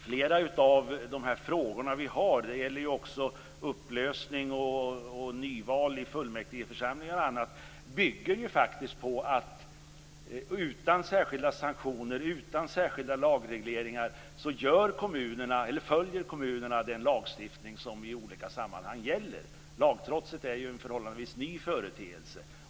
Flera av de frågor vi har - det gäller ju också upplösning och nyval i fullmäktigeförsamlingar - bygger faktiskt på att kommunerna, utan särskilda sanktioner, utan särskilda lagregleringar, följer den lagstiftning som i olika sammanhang gäller. Lagtrotset är ju en förhållandevis ny företeelse.